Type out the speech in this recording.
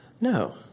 No